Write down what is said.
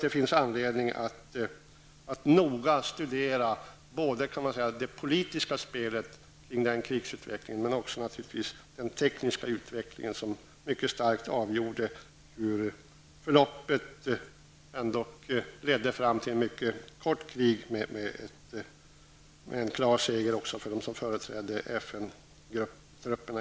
Det finns anledning att noga studera både det politiska spelet kring krigsutvecklingen men också den tekniska utvecklingen, som starkt avgjorde hur förloppet ändock ledde fram till ett mycket kort krig med en klar seger för dem som företrädde FN-grupperna.